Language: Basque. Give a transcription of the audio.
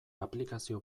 aplikazio